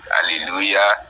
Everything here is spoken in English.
Hallelujah